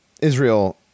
Israel